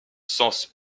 sens